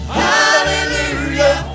hallelujah